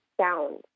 sound